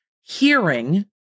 hearing